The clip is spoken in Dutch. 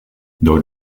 door